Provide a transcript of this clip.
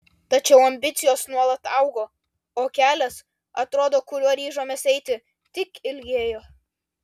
tačiau ambicijos nuolat augo o kelias atrodo kuriuo ryžomės eiti tik ilgėjo